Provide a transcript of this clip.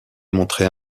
montrait